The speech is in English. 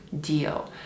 deal